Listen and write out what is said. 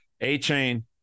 A-chain